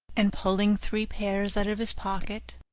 and pulling three pears out of his pocket,